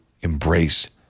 embrace